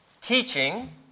teaching